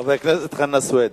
חבר הכנסת חנא סוייד,